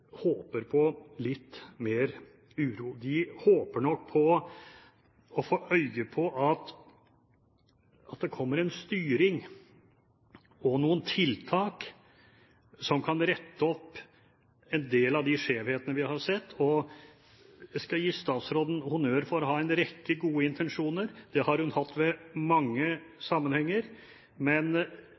håper nok på å få øye på at det kommer en styring og noen tiltak som kan rette opp en del av de skjevhetene vi har sett. Jeg skal gi statsråden honnør for å ha en rekke gode intensjoner, det har hun hatt i mange sammenhenger. Men